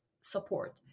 support